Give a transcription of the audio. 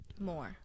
More